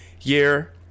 year